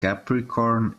capricorn